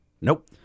Nope